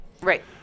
Right